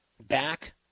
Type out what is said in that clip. back